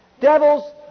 Devils